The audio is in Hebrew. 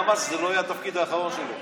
למה שזה לא יהיה התפקיד האחרון שלו?